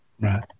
Right